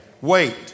wait